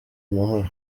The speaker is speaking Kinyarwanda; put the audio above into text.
amahoro